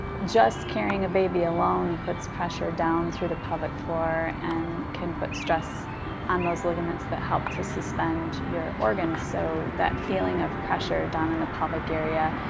just carrying a baby alone puts pressure down through the pelvic floor and can put stress on those ligaments that help to suspend your organs. so that feeling of pressure down in the pelvic area